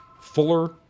fuller